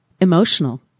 emotional